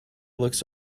looks